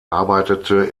arbeitete